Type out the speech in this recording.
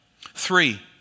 Three